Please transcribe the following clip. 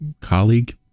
colleague